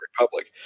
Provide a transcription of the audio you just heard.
Republic